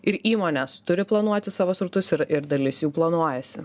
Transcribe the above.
ir įmonės turi planuoti savo srautus ir ir dalis jų planuojasi